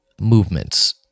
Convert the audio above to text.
movements